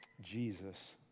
Jesus